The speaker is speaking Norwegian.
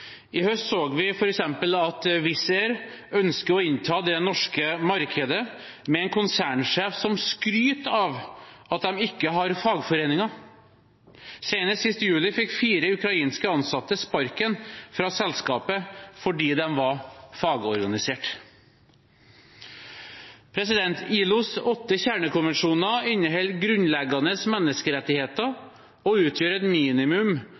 I høst så vi f.eks. at Wizz Air ønsker å innta det norske markedet med en konsernsjef som skryter av at de ikke har fagforeninger. Senest i juli fikk fire ukrainske ansatte sparken fra selskapet fordi de var fagorganisert. ILOs åtte kjernekonvensjoner inneholder grunnleggende menneskerettigheter og utgjør et minimum